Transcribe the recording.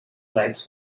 lights